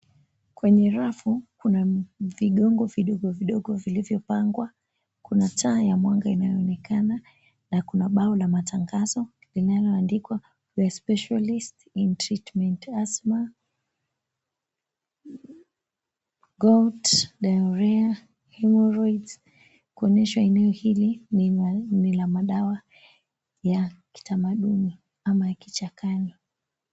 Kwenye rafu kuna vigongo vidogo vidogo vilivyopangwa. Kuna taa ya mwanga inayonekana na kuna bao la matangazo linaloandikwa, We Are Specialists In Treatment, Asthma, Gout, Diarrhea, Hemorrhoids, kuonyesha eneo hili ni la madawa ya kitamaduni ama ya kichakani.